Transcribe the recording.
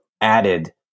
added